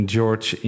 George